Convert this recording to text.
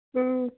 اۭں